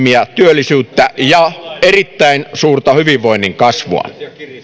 ja työllisyyttä ja erittäin suurta hyvinvoinnin kasvua